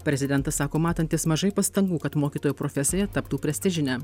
prezidentas sako matantis mažai pastangų kad mokytojo profesija taptų prestižine